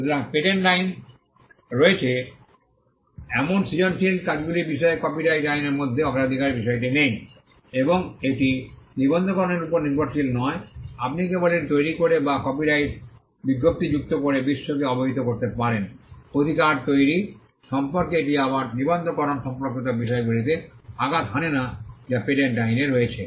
সুতরাং পেটেন্ট আইন রয়েছে এমন সৃজনশীল কাজগুলির বিষয়ে কপিরাইট আইনের মধ্যে অগ্রাধিকারের বিষয়টি নেই এবং এটি নিবন্ধকরণের উপর নির্ভরশীল নয় আপনি কেবল এটি তৈরি করে বা কপিরাইট বিজ্ঞপ্তি যুক্ত করে বিশ্বকে অবহিত করতে পারেন অধিকার তৈরি সম্পর্কে এটি আবার নিবন্ধকরণ সম্পর্কিত বিষয়গুলিতে আঘাত হানে না যা পেটেন্ট আইন রয়েছে